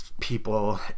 people